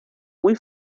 muy